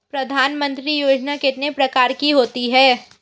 प्रधानमंत्री योजना कितने प्रकार की होती है?